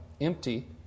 empty